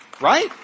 Right